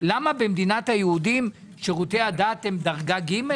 למה במדינת היהודים שירותי הדת הם דרגה ג'?